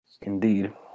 indeed